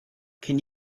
can